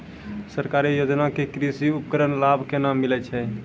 सरकारी योजना के कृषि उपकरण लाभ केना मिलै छै?